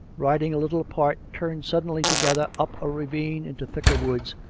riding a little apart, turned suddenly to gether, up a ravine into thicker woods,